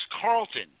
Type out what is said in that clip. Carlton